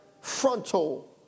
frontal